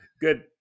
Good